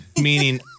meaning